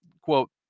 quote